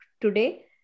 today